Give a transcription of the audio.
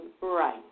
right